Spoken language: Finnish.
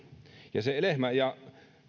ja lehmä ja